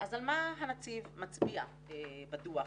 אז על מה הנציב מצביע בדוח?